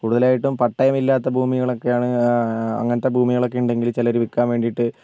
കൂടുതലായിട്ടും പട്ടയമില്ലാത്ത ഭൂമികളൊക്കെയാണ് അങ്ങനത്തെ ഭൂമികളൊക്കെ ഉണ്ടെങ്കിൽ ചിലർ വിൽക്കാൻ വേണ്ടിയിട്ട്